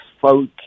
folk